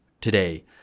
today